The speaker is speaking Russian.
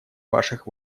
ваших